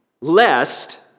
lest